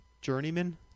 journeyman